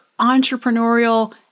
entrepreneurial